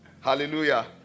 Hallelujah